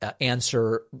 answer